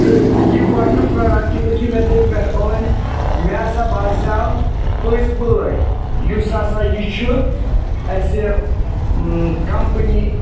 تہٕ یہِ گۄڈٕنیُک پرٛوڈَکٹ یُتھُے مےٚ تَمہِ پٮ۪ٹھ أنۍ مےٚ ہَسا باسیو پٔزۍ پٲٹھۍ یُس ہَسا یہِ چھُ اَسہِ کَمپٔنی